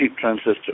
transistor